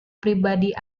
pribadi